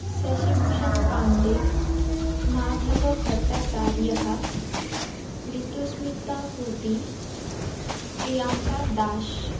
शशिभूषणपाण्डे माधवभट्टाचार्यः रितुस्मितापूटी प्रियाङ्कादाष्